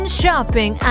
shopping